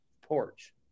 porch